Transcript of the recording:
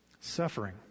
suffering